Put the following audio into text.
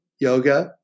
yoga